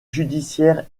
judiciaire